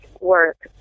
work